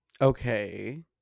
Okay